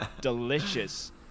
delicious